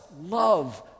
love